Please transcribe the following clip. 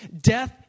Death